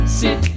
sit